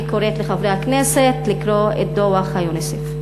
אני קוראת לחברי הכנסת לקרוא את דוח יוניסף.